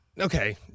okay